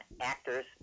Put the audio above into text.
actors